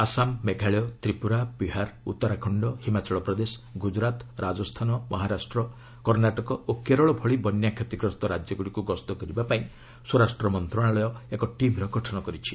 ଆସାମ ମେଘାଳୟ ତ୍ରିପୁରା ବିହାର ଉତ୍ତରାଖଣ୍ଡ ହିମାଚଳ ପ୍ରଦେଶ ଗୁଜରାଟ ରାଜସ୍ଥାନ ମହାରାଷ୍ଟ୍ର କର୍ଷ୍ଣାଟକ ଓ କେରଳ ଭଳି ବନ୍ୟା କ୍ଷତିଗ୍ରସ୍ତ ରାଜ୍ୟଗୁଡ଼ିକୁ ଗସ୍ତ କରିବା ପାଇଁ ସ୍ୱରାଷ୍ଟ୍ର ମନ୍ତ୍ରଣାଳୟ ଏକ ଟିମ୍ର ଗଠନ କରିଛି